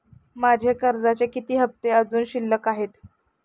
माझे कर्जाचे किती हफ्ते अजुन शिल्लक आहेत?